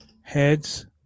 Heads